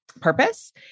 purpose